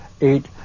eight